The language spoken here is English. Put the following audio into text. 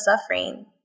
suffering